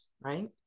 right